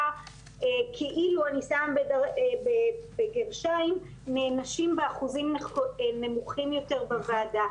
כאילו הם גם בגרשיים נענשים באחוזים נמוכים יותר בוועדה.